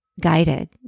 guided